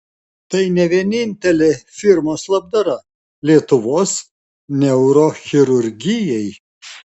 tai ne vienintelė firmos labdara lietuvos neurochirurgijai